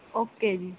okay ਜੀ